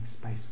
space